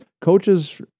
coaches